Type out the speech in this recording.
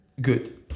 good